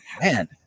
man